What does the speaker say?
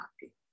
happy